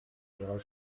ihrer